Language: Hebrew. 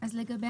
לגבי